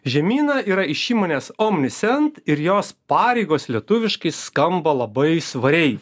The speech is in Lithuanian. žemyna yra iš įmonės omnisent ir jos pareigos lietuviškai skamba labai svariai